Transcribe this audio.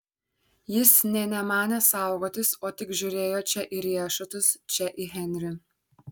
jis nė nemanė saugotis o tik žiūrėjo čia į riešutus čia į henrį